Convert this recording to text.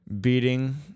beating